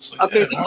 Okay